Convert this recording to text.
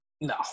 No